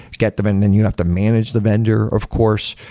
get them and then you have to manage the vendor, of course,